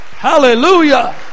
hallelujah